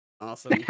awesome